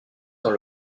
dans